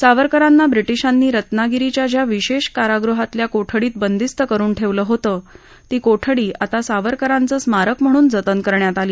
सावरकरांना ब्रिटिशांनी रत्नागिरीच्या ज्या विशेष कारागृहातल्या कोठडीत बंदिस्त करून ठेवलं होतं ती कोठडी आता सावरकरांचं स्मारक म्हणून जतन करण्यात आली